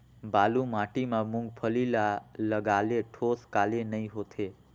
बालू माटी मा मुंगफली ला लगाले ठोस काले नइ होथे?